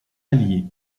allier